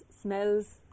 Smells